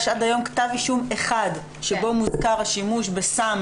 יש עד היום כתב אישום אחד שבו מוזכר השימוש בסם